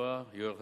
חברי יואל חסון,